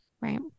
Right